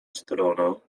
stronę